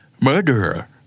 murderer